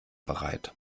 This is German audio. bereit